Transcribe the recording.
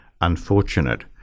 unfortunate